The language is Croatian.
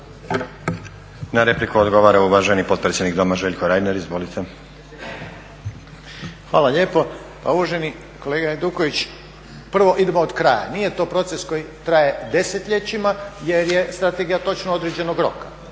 Na repliku odgovara uvaženi potpredsjednik Doma, Željko Reiner. Izvolite. **Reiner, Željko (HDZ)** Hvala lijepo. Pa uvaženi kolega Hajduković, prvo idemo od kraja. Nije to proces koji traje desetljećima jer je strategija točno određenog roka,